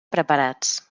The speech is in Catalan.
preparats